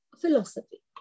philosophy